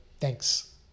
Thanks